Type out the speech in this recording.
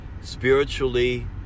spiritually